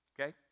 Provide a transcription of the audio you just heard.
Okay